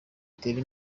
itere